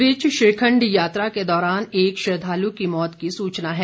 इस बीच श्रीखण्ड यात्रा के दौरान एक श्रद्वालु की मौत की सूचना है